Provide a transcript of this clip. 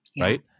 right